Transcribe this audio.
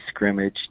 scrimmaged